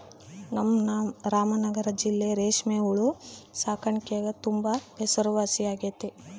ನಮ್ ರಾಮನಗರ ಜಿಲ್ಲೆ ರೇಷ್ಮೆ ಹುಳು ಸಾಕಾಣಿಕ್ಗೆ ತುಂಬಾ ಹೆಸರುವಾಸಿಯಾಗೆತೆ